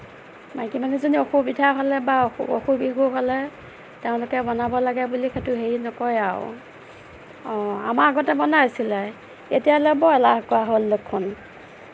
মাইকীমানুহজনীৰ অসুবিধা হ'লে বা অসু অসুখ বিসুখ হ'লে তেওঁলোকে বনাব লাগে বুলি সেইটো হেৰি নকৰে আৰু আমাৰ আগতে বনাইছিলে এতিয়ালে বৰ এলাহ কৰা হ'ল দেখোন